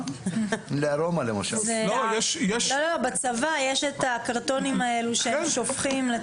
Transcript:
בצבא יש קרטונים ששופכים.